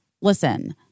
Listen